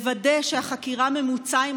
לוודא שחקירת התוקפים ממוצה,